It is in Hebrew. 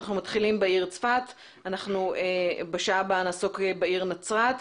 אנחנו מתחילים בעיר צפת ובשעה הבאה נעסוק בעיר נצרת.